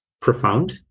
profound